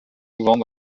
souvent